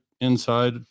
inside